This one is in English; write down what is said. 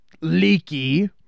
leaky